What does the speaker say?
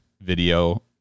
video